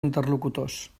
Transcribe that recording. interlocutors